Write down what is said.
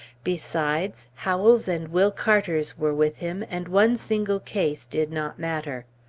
besides, howell's and will carter's were with him, and one single case did not matter.